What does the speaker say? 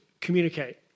communicate